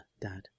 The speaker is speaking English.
Dad